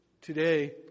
today